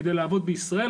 כדי לעבוד בישראל,